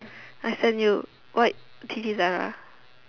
I send you what Zara